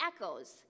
echoes